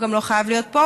הוא גם לא חייב להיות פה,